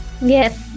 Yes